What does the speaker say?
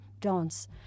dance